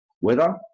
weather